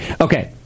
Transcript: Okay